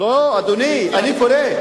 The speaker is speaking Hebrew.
לא, אדוני, אני קורא.